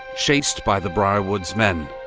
chased by the briarwoods' men.